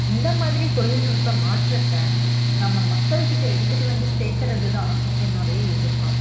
இந்த மாதிரி தொழில் நுட்பம் மாற்றத்தை நம்ம மக்கள்கிட்ட எடுத்துக்கிட்டு வந்து சேர்த்துறது தான் என்னோடய எதிர் பார்ப்பு